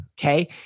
okay